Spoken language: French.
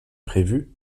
prévue